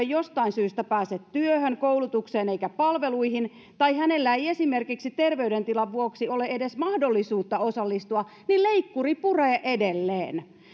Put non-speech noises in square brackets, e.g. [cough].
[unintelligible] jostain syystä pääse työhön koulutukseen eikä palveluihin tai hänellä ei esimerkiksi terveydentilansa vuoksi ole edes mahdollisuutta osallistua niin leikkuri puree edelleen